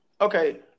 okay